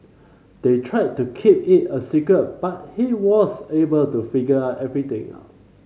they tried to keep it a secret but he was able to figure everything out